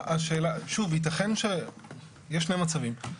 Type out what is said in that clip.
יש שני מצבים,